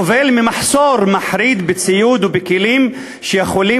והוא סובל ממחסור מחריד בציוד ובכלים שיכולים